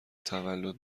تولد